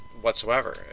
whatsoever